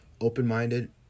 open-minded